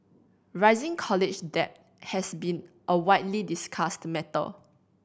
rising college debt has been a widely discussed matter